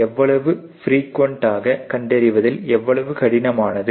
எவ்வளவு பிரியூவன்ட்டாக கண்டறிவதில் எவ்வளவு கடினமானது